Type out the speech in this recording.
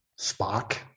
Spock